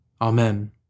Amen